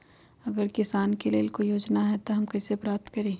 अगर किसान के लेल कोई योजना है त हम कईसे प्राप्त करी?